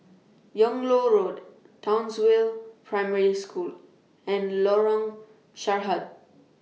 Yung Loh Road Townsville Primary School and Lorong Sarhad